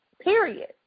period